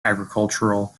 agricultural